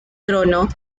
trono